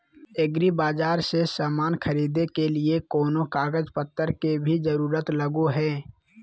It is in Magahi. एग्रीबाजार से समान खरीदे के लिए कोनो कागज पतर के भी जरूरत लगो है?